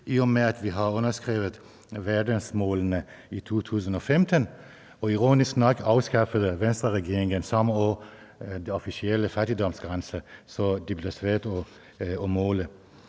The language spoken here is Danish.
i og med at vi har underskrevet verdensmålene i 2015. Og ironisk nok afskaffede Venstreregeringen samme år den officielle fattigdomsgrænse, så det bliver svært at måle.